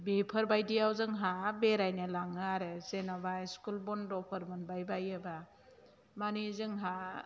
बेफोरबायदियाव जोंहा बेरायनो लाङो आरो जेनेबा स्कुल बन्दटफोर मोनबाय बायोबा माने जोंहा